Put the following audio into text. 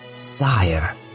Sire